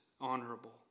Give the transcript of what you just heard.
honorable